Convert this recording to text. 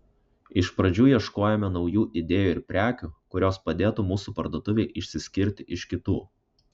iš pradžių ieškojome naujų idėjų ir prekių kurios padėtų mūsų parduotuvei išsiskirti iš kitų